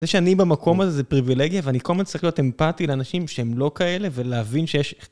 זה שאני במקום הזה זה פריווילגיה ואני כל הזמן צריך להיות אמפתי לאנשים שהם לא כאלה ולהבין שיש איך...